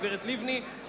הגברת לבני,